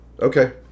Okay